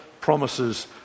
promises